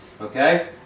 Okay